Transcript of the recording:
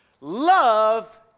love